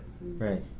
Right